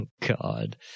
God